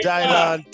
Dylan